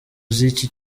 z’iki